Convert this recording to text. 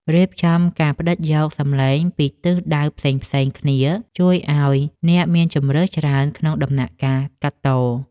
រៀបចំការផ្ដិតយកសំឡេងពីទិសដៅផ្សេងៗគ្នាជួយឱ្យអ្នកមានជម្រើសច្រើនក្នុងដំណាក់កាលកាត់ត។